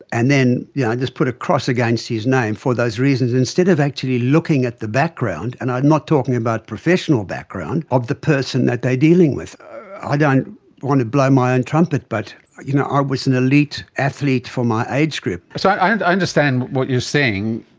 and then yeah just put a cross against his name for those reasons, instead of actually looking at the background, and i'm not talking about professional background, of the person that they are dealing with. i don't want to blow my own trumpet but you know i was an elite athlete for my age group. so i and understand what you're saying,